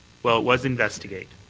well, it was investigate.